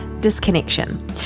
disconnection